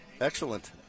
Excellent